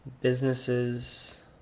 businesses